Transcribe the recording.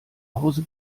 hause